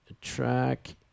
track